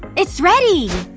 it's ready!